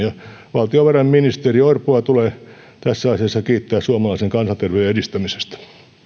valtiovarainministeri orpoa tulee tässä asiassa kiittää suomalaisen kansanterveyden edistämisestä